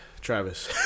Travis